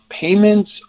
Payments